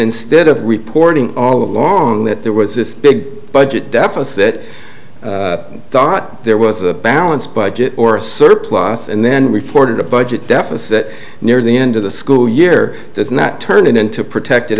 instead of reporting all along that there was this big budget deficit dot there was a balanced budget or a surplus and then reported a budget deficit near the end of the school year is not turning into protected